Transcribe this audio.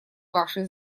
вашей